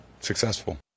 successful